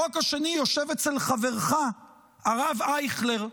החוק השני יושב אצל חברך הרב אייכלר.